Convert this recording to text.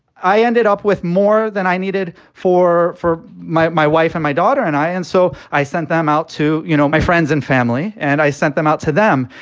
i ended up with more than i needed four for my my wife and my daughter and i. and so i sent them out to, you know, my friends and family and i sent them out to them.